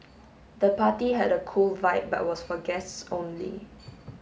the party had a cool vibe but was for guests only